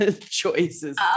choices